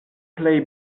plej